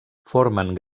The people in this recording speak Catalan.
formen